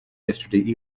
yesterday